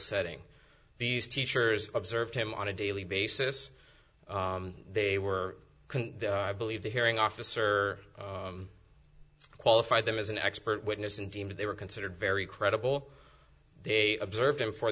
setting these teachers observed him on a daily basis they were i believe the hearing officer qualified them as an expert witness and deemed they were considered very credible they observed him for